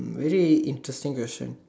very interesting question